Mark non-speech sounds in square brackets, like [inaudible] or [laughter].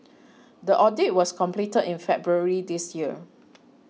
[noise] the audit was completed in February this year